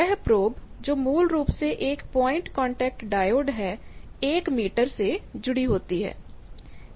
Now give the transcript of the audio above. वह प्रोब जो मूल रूप से एक पॉइंट कांटेक्ट डायोड है एक मीटर से जुड़ी होती है